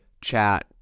chat